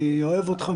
אני אוהב אותך,